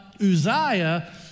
Uzziah